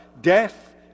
Death